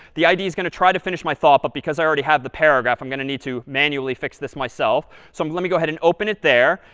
the ide is going to try to finish my thought, but because i already have the paragraph, i'm going to need to manually fix this myself. so let me go ahead and open it there.